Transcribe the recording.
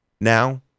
now